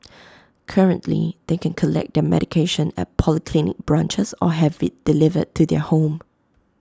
currently they can collect their medication at polyclinic branches or have IT delivered to their home